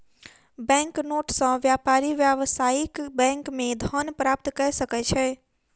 bank note सॅ व्यापारी व्यावसायिक बैंक मे धन प्राप्त कय सकै छै